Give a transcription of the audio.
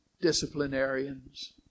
disciplinarians